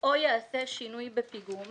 או יעשה שינוי בפיגום